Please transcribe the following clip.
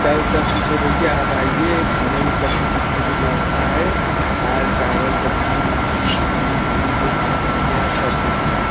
सब कुछ है भईया आप आइए खाइए खाने में सब कुछ अच्छे से व्यवस्था है दाल चावल सब्जी रोटी पूड़ी भाजी जो कहना चाहेंगे सब कुछ है